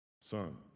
son